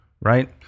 Right